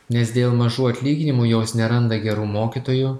nes dėl mažų atlyginimų jos neranda gerų mokytojų